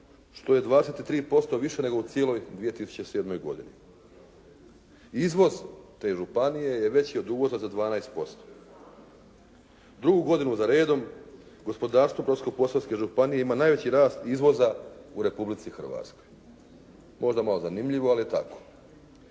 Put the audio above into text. što je 23% više nego u cijeloj 2007. godini. Izvoz te županije je veći od uvoza za 12%. Drugu godinu za redom gospodarstvo Brodsko-posavske županije ima najveći rast izvoza u Republici Hrvatskoj. Možda malo zanimljivo, ali je tako.